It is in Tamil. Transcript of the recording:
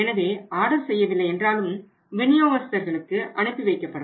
எனவே ஆர்டர் செய்யவில்லை என்றாலும் விநியோகஸ்தர்களுக்கு அனுப்பி வைக்கப்படும்